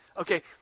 Okay